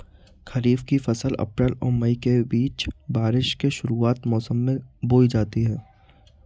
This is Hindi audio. खरीफ़ की फ़सल अप्रैल और मई के बीच, बारिश के शुरुआती मौसम में बोई जाती हैं